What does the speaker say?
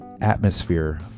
atmosphere